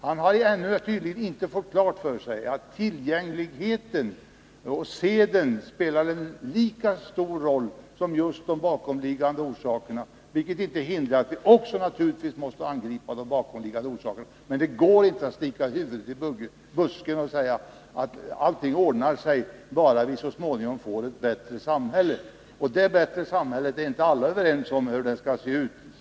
Han har tydligen inte fått klart för sig att det är tillgängligheten och seden som spelar en lika stor roll som just de bakomliggande orsakerna, vilket inte hindrar att vi naturligtvis också måste angripa de bakomliggande orsakerna. Men det går inte att sticka huvudet i busken och säga att allting ordnar sig bara vi så småningom får ett bättre samhälle. Det bättre samhället är inte alla överens om hur det skall se ut.